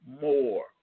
more